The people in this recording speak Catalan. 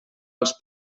els